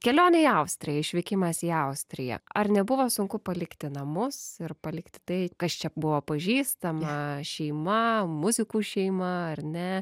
kelionė į austriją išvykimas į austriją ar nebuvo sunku palikti namus ir palikti tai kas čia buvo pažįstama šeima muzikų šeima ar ne